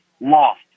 lost